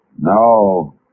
No